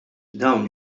dawn